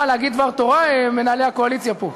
מה, להגיד דבר תורה, מנהלי הקואליציה פה?